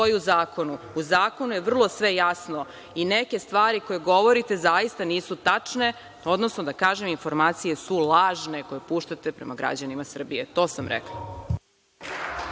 stoji u zakonu. Po zakonu je vrlo sve jasno i neke stvari koje govorite zaista nisu tačne, odnosno da kažem informacije su lažne, koje puštate prema građanima Srbije. To sam rekla.